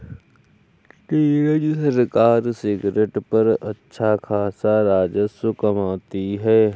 नीरज सरकार सिगरेट पर अच्छा खासा राजस्व कमाती है